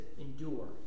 endure